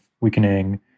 weakening